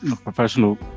professional